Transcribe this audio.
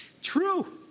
True